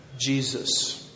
Jesus